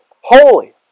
Holy